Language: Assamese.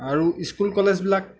আৰু স্কুল কলেজবিলাক